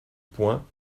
points